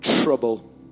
trouble